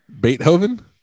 beethoven